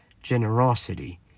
generosity